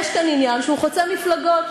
יש כאן עניין שהוא חוצה מפלגות,